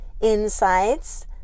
insights